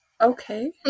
Okay